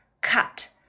cut